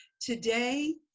Today